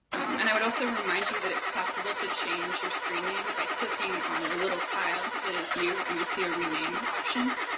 and i would also remind you that it's possible to change your screen name by clicking on the little tile that is you and you'll see a rename option.